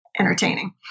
entertaining